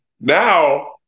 Now